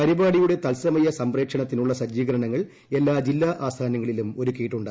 പരിപാടിയുടെ തത്സമയ സംപ്രേക്ഷണത്തിനുള്ള സജ്ജീകരണങ്ങൾ എല്ലാ ജില്ലാ ആസ്ഥാനങ്ങളിലും ഒരുക്കിയിട്ടുണ്ട്